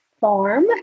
farm